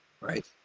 Right